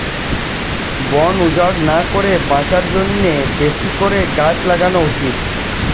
বন উজাড় না করে বাঁচার জন্যে বেশি করে গাছ লাগানো উচিত